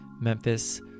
Memphis